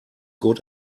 good